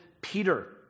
Peter